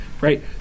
right